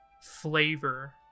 flavor